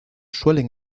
suelen